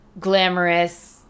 glamorous